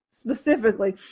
specifically